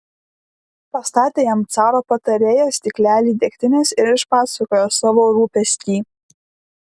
pastatė jam caro patarėjas stiklelį degtinės ir išpasakojo savo rūpestį